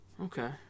Okay